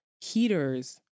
heaters